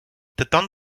титан